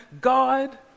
God